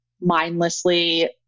mindlessly